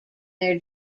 their